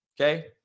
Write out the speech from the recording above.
Okay